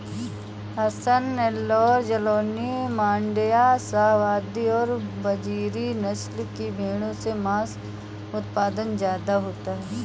हसन, नैल्लोर, जालौनी, माण्ड्या, शाहवादी और बजीरी नस्ल की भेंड़ों से माँस उत्पादन ज्यादा होता है